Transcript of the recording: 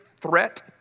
threat